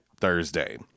Thursday